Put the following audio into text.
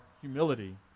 humility